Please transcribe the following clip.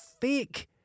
fake